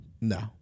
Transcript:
no